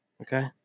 Okay